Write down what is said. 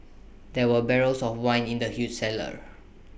there were barrels of wine in the huge cellar